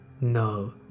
No